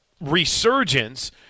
resurgence